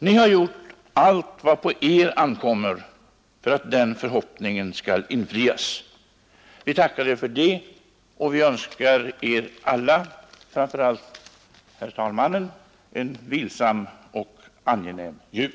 Ni har gjort allt vad på er ankommer för att den förhoppningen skall infrias. Vi tackar er för det, och vi önskar er alla, framför allt herr talmannen, en vilsam och angenäm jul.